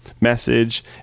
message